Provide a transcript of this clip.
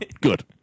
Good